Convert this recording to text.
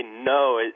no